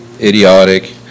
idiotic